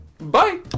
Bye